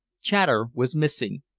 chater was missing,